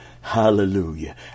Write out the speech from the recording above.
Hallelujah